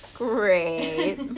Great